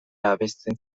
abesten